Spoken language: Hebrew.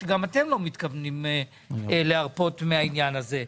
שגם אתם לא מתכוונים להרפות מהעניין הזה.